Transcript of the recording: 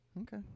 Okay